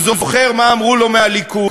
הוא זוכר מה אמרו לו מהליכוד,